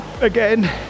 again